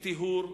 בטיהור אתני.